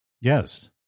Yes